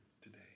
today